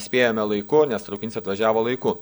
spėjome laiku nes traukinys atvažiavo laiku